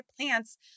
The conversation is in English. plants